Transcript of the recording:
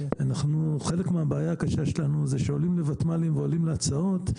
חלק מהבעיה הקשה שלנו זה שעולים לותמ"לים ועולים להצעות,